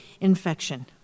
infection